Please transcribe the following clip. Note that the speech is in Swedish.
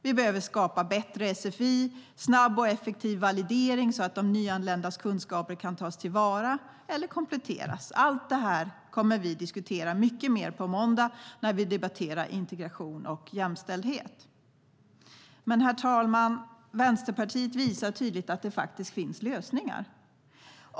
Vi behöver skapa bättre sfi och snabb och effektiv validering så att de nyanländas kunskaper kan tas till vara eller kompletteras. Allt detta kommer vi att diskutera mycket mer på måndag när vi debatterar integration och jämställdhet. Herr talman! Vänsterpartiet visar tydligt att det finns lösningar.